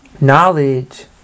knowledge